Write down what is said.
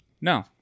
No